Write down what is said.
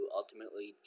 ultimately